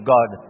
God